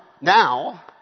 now